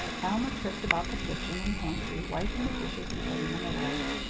alma tripped about the kitchen and pantry wiping the dishes and putting them away.